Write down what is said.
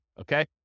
okay